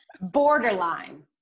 Borderline